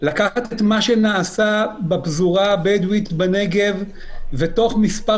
לקחת את מה שנעשה בפזורה הבדואית בנגב ותוך מספר